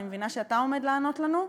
אני מבינה שאתה עומד לענות לנו?